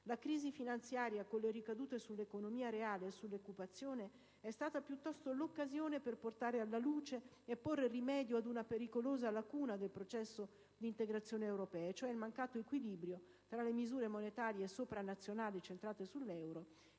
la crisi finanziaria con le ricadute sull'economia reale e sull'occupazione è stata piuttosto l'occasione per portare alla luce e porre rimedio ad una pericolosa lacuna del processo di integrazione europeo, e cioè il mancato equilibrio tra le misure monetarie sopranazionali centrate sull'euro